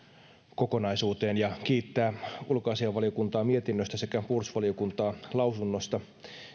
kokonaisuuteen ja kiittää ulkoasiainvaliokuntaa mietinnöstä sekä puolustusvaliokuntaa lausunnosta